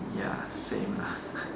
ya same lah